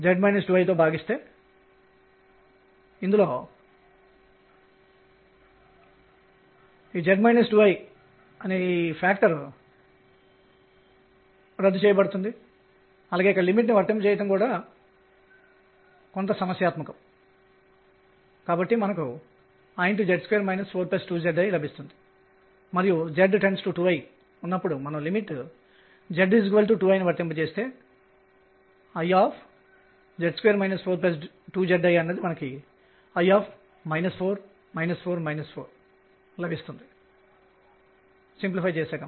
కాబట్టి మేము 2 D ప్రదేశంలో ఒక కణం కదులుతున్నట్లు పరిగణించాము మన చర్చను 2 D x మరియు y కి మాత్రమే పరిమితం చేద్దాం